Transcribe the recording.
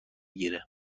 گیره